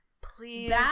please